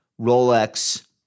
Rolex